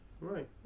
Right